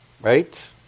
right